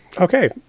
Okay